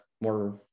more